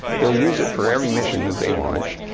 they'll use it for every mission that they launch.